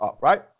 Right